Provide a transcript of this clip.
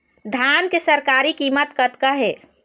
धान के सरकारी कीमत कतका हे?